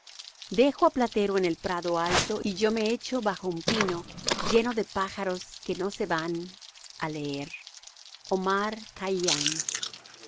dejo á platero en el prado alto y yo me echo bajo un pino lleno de pájaros que no se van á leer omar